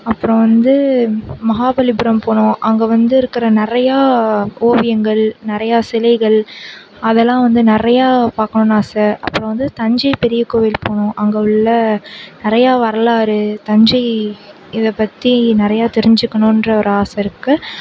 அப்புறம் வந்து மகாபலிபுரம் போகணும் அங்கே வந்துருக்கிற நிறையா ஓவியங்கள் நிறையா சிலைகள் அதெலாம் வந்து நிறையா பார்க்கணுனு ஆசை அப்புறம் வந்து தஞ்சை பெரிய கோவிலுக்கு போகணும் அங்கே உள்ள நிறையா வரலாறு தஞ்சை இதை பற்றி நிறையா தெரிஞ்சுக்கணுன்ற ஒரு ஆசைருக்கு